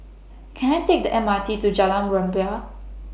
Can I Take The M R T to Jalan Rumbia